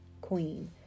queen